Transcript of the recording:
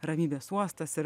ramybės uostas ir